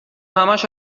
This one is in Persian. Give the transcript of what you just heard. همش